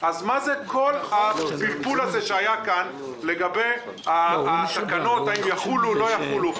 אז מה זה כל הבלבול הזה שהיה כאן לגבי התקנות האם יחולו או לא יחולו?